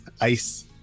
ice